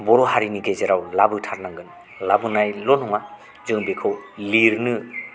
बर' हारिनि गेजेराव लाबोथारनांगोन लाबोनायल' नङा जों बेखौ लिरनो